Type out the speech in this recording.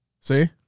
See